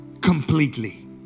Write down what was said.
completely